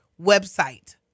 website